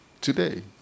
today